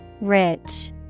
rich